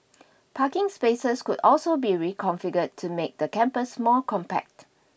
parking spaces could also be reconfigured to make the campus more compact